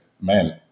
man